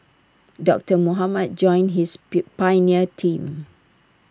doctor Mohamed joined his pill pioneer team